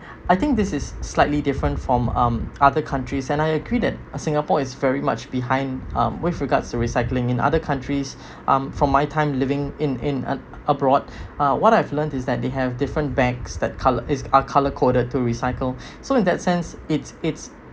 I think this is slightly different from um other countries and I agree that singapore is very much behind um with regards to recycling in other countries um from my time living in in a~ abroad uh what I've learnt is that they have different bags that colour is are color coded to recycle so in that sense it's it's